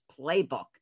Playbook